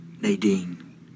Nadine